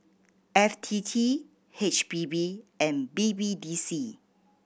F T T H P B and B B D C